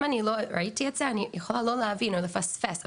אם לא ראיתי את זה אני יכולה לפספס או